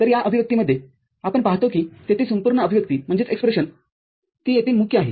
तरया अभिव्यक्तीमध्येआपण पाहतो की तेथे संपूर्ण अभिव्यक्ती ती येथे मुख्य आहे